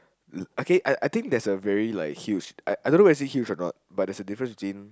uh okay I think there's a very like huge I don't know whether is it huge a not but there's a difference between